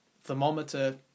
thermometer